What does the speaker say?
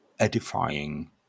edifying